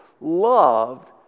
loved